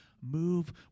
move